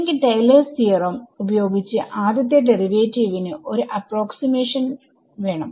എനിക്ക് Taylor's theorem Taylors theorem ഉപയോഗിച്ച് ആദ്യത്തെ ഡെറിവേറ്റീവിനു ഒരു അപ്പ്രോക്സിമേഷൻ വേണം